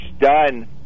done